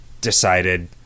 decided